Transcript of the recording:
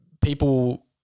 people